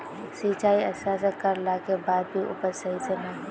सिंचाई अच्छा से कर ला के बाद में भी उपज सही से ना होय?